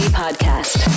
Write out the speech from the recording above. podcast